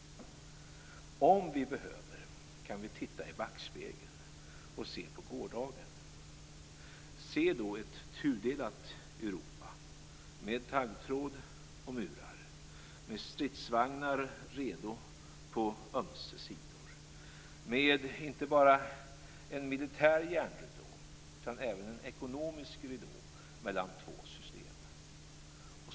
Om vi behöver kan vi titta i backspegeln och se på gårdagen. Se då ett tudelat Europa, med taggtråd och murar, med stridsvagnar redo på ömse sidor! Ett Europa med inte bara en militär järnridå, utan även en ekonomisk ridå mellan två system.